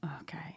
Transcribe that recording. Okay